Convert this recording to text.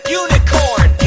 unicorn